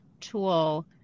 tool